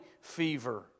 fever